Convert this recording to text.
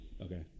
Okay